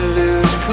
lose